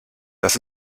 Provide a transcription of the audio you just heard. das